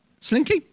Slinky